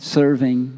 serving